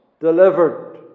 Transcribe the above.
delivered